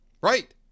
Right